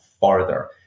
farther